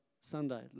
Sunday